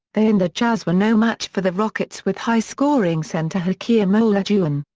they and the jazz were no match for the rockets with high-scoring center hakeem olajuwon.